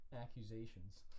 accusations